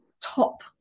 top